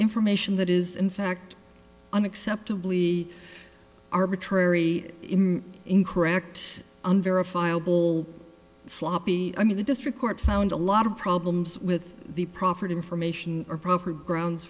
information that is in fact unacceptably arbitrary incorrect unverifiable sloppy i mean the district court found a lot of problems with the proffered information or proper grounds